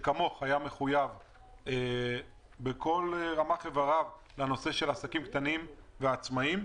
שכמוך היה מחויב בכל רמ"ח איבריו לנושא העסקים הקטנים והעצמאים,